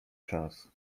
czas